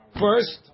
first